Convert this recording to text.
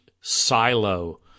silo